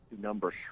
number